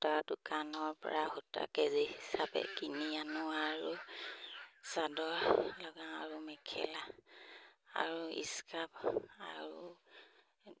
সূতা দোকানৰ পৰা সূতা কেজি হিচাপে কিনি আনো আৰু চাদৰ লগাওঁ আৰু মেখেলা আৰু স্কাৰ্ফ আৰু